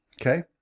Okay